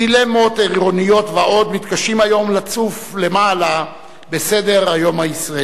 דילמות עירוניות ועוד מתקשים היום לצוף למעלה בסדר-היום הישראלי.